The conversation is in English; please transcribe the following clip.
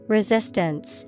Resistance